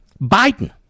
Biden